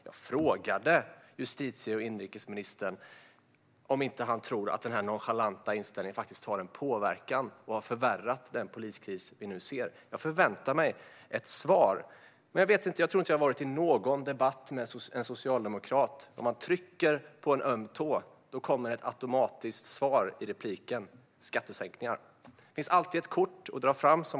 Jag frågade justitie och inrikesministern om han inte tror att denna nonchalanta inställning faktiskt har påverkat och förvärrat poliskrisen. Jag förväntar mig ett svar. Om man trampar en socialdemokrat på en öm tå i en debatt kommer det ett automatiskt svar i repliken: skattesänkningar. De kan alltid dra fram det kortet.